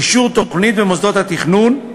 אישור תוכנית במוסדות התכנון,